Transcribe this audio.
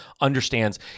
understands